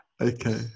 Okay